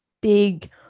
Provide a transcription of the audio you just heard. big